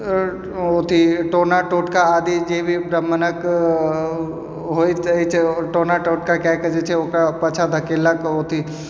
ओथी टोना टोटका आदि जे भी ब्राह्मणक होइत अछि टोना टोटका कए कऽ जे छै ओकरा पाछाँ धकेललक ओथी